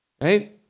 Right